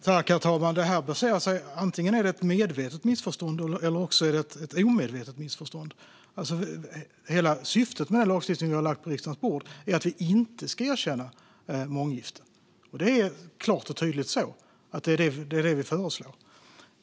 Herr talman! Antingen är detta ett medvetet missförstånd eller också är det ett omedvetet missförstånd. Hela syftet med det förslag till lagstiftning som vi har lagt på riksdagens bord är att vi inte ska erkänna månggifte. Det är klart och tydligt vårt förslag.